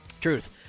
Truth